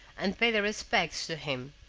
and pay their respects to him.